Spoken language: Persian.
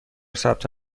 ثبت